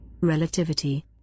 Relativity